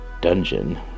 dungeon